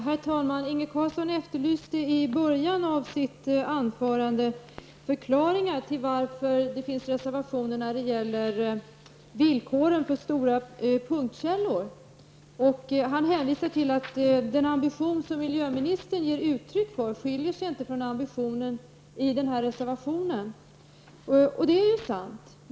Herr talman! Inge Carlsson efterlyste i början av sitt anförande förklaringar till att det finns reservationer när det gäller villkoren för stora punktkällor. Inge Carlsson hänvisade till att den ambition som miljöministern ger uttryck för inte skiljer sig från den ambition som kommer till uttryck i den aktuella reservationen. Ja, det är sant.